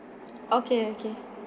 okay okay